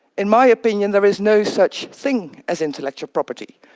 in my opinion, there is no such thing as intellectual property.